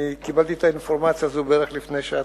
אני קיבלתי את האינפורמציה הזו בערך לפני שעתיים.